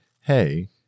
hey